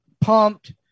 pumped